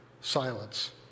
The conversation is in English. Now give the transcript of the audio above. silence